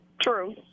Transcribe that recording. True